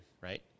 right